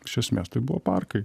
iš esmės tai buvo parkai